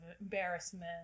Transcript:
embarrassment